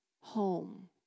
home